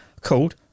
called